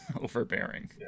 overbearing